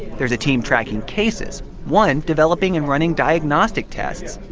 there's a team tracking cases, one developing and running diagnostic tests,